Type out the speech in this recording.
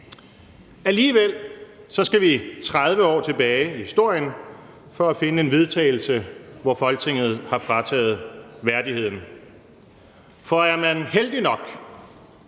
Alligevel skal vi 30 år tilbage i historien for at finde en vedtagelse, hvor Folketinget har frataget nogen værdigheden. For er man heldig nok,